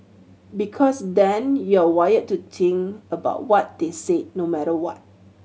because then you're wired to think about what they said no matter what